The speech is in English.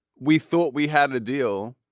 we thought we had a deal.